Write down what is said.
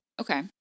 Okay